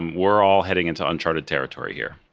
we're all heading into uncharted territory here.